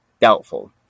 doubtful